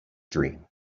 dream